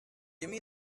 gimme